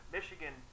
Michigan